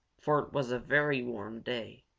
for it was a very warm day.